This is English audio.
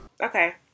Okay